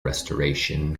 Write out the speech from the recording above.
restoration